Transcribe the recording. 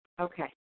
Okay